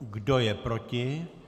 Kdo je proti?